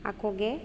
ᱟᱠᱚᱜᱮ